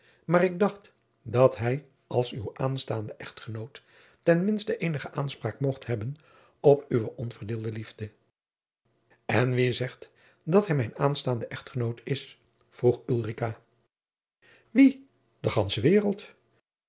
maar ik dacht dat hij als uw aanstaande echtgenoot ten minsten eenige aanspraak mocht hebben op uwe onverdeelde liefde en wie zegt dat hij mijn aanstaande echtgenoot is vroeg ulrica wie de gandsche waereld